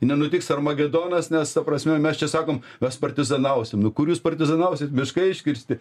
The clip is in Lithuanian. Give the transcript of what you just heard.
nenutiks armagedonas nes ta prasme mes čia sakom mes partizanausim nu kur jūs partizanausit miškai iškirsti